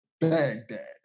Baghdad